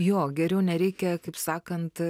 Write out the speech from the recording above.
jo geriau nereikia kaip sakant